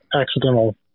accidental